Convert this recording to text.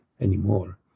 anymore